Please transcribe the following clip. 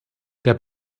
der